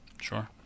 Sure